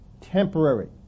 temporary